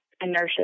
inertia